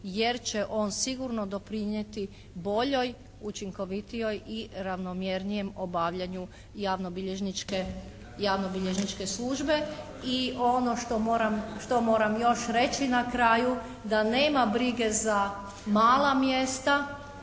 jer će on sigurno doprinijeti boljoj, učinkovitijoj i ravnomjernijem obavljanju javnobilježničke službe. I ono što moram još reći na kraju da nema brige za mala mjesta.